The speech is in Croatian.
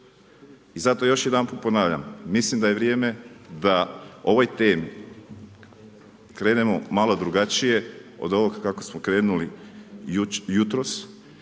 I zato još jedanput ponavljam, mislim da je vrijeme da o ovoj temi krenemo malo drugačije od ovog kako smo krenuli jutros